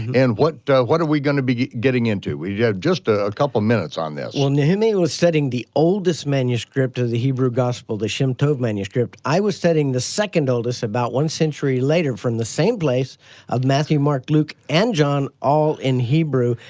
and what what are we gonna be getting into? we have just a couple minutes on this. well nehemiah was setting the oldest manuscript of the hebrew gospel, the shem tov manuscript, i was setting the second oldest, about one century later from the same place of matthew, mark, luke, and john, all in hebrew,